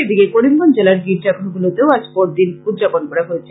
এদিকে করিমগঞ্জ জেলার গীর্জাঘড়গুলিতেও আজ বড়দিন উদযাপন করা হয়েছে